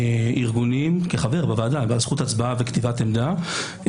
בעלי זכויות הצבעה וכתיבת עמדה,